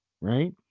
right